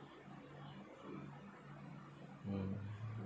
mm